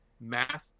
Math